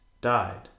died